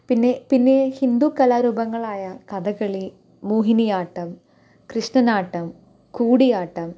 പിന്നെ പിന്നെ ഹിന്ദൂ കലാരൂപങ്ങളായ കഥകളി മോഹിനിയാട്ടം കൃഷ്ണനാട്ടം കൂടിയാട്ടം